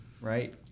right